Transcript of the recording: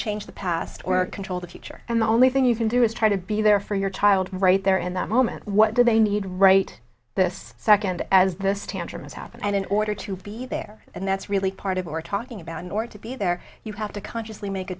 change the past or control the future and the only thing you can do is try to be there for your child right there in that moment what do they need right this second as this tantrum has happened and in order to be there and that's really part of we're talking about in order to be there you have to consciously make a